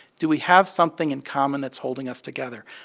do we have something in common that's holding us together?